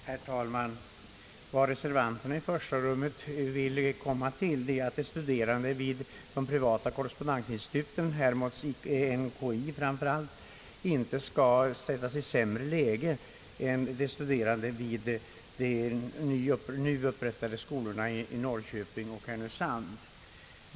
Herr talman! Vad reservanterna i första rummet vill komma till är att de studerande vid de privata korrespondensinstituten, Hermods/NKI framför allt, inte skall sättas i ett sämre ekonomiskt läge än de studerande vid de nu upprättade skolorna i Norrköping och Härnösand.